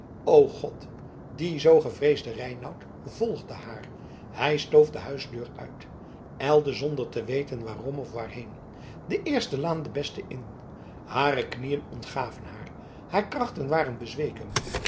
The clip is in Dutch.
o god die zoo gevreesde reinout volgde haar zij stoof de huisdeur uit ijlde zonder te weten waarom of waarheen de eerste laan de beste in hare knieën ontgaven haar haar krachten waren bezweken